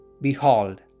Behold